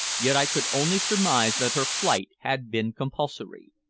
yet i could only surmise that her flight had been compulsory.